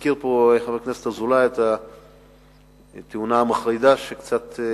חבר הכנסת אזולאי הזכיר פה את התאונה המחרידה שהעיבה